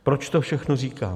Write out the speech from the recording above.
Proč to všechno říkám?